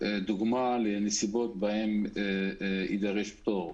דוגמה לנסיבות שבהן יידרש פטור.